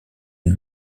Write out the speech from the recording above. une